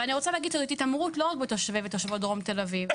זאת התעמרות לא רק בתושבי ותושבות דרום תל אביב,